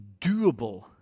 doable